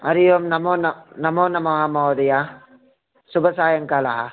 हरि ओम् नमो नमः महोदय शुभसायङ्कालः